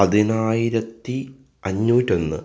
പതിനായിരത്തി അഞ്ഞൂറ്റൊന്ന്